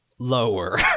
lower